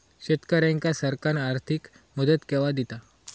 शेतकऱ्यांका सरकार आर्थिक मदत केवा दिता?